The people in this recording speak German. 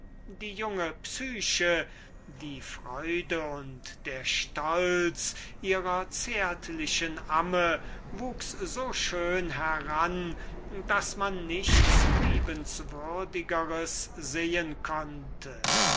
die junge psyche die freude und der stolz ihrer zärtlichen amme von der sie wie ihr eigenes kind geliebet wurde wuchs so schön heran daß man nichts liebenswürdigers sehen konnte